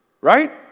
right